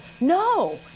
No